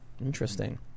Interesting